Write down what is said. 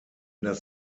das